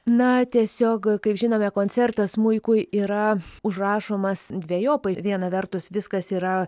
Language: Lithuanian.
na tiesiog kaip žinome koncertas smuikui yra užrašomas dvejopai viena vertus viskas yra